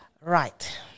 Right